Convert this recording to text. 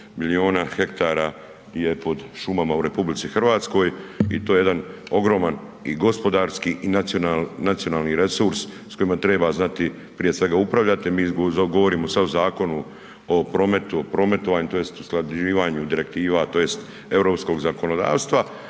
milijuna ha je pod šumama u RH i to je jedan ogroman i gospodarski i nacionalni resurs k kojime treba znati prije svega upravljati, mi govorimo sad o zakonu o prometu i prometovanju tj. usklađivanju direktiva tj. europskog zakonodavstva